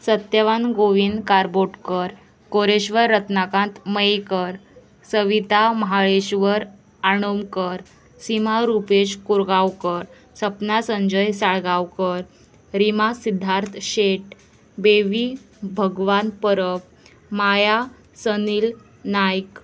Satyavan Govind Karbotkar Koreshwar Ratnakant Mayekar Savita Mahaleshwar Anomkar Sima Rupesh Kurgaonkar Sapna Sanjay Salgaonkar Rima Siddharth Shet Bevi Bhagwan Parab Maya Sanil Naik